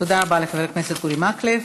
תודה רבה לחבר הכנסת אורי מקלב.